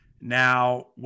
Now